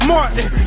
Martin